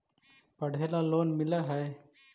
पढ़े ला लोन मिल है?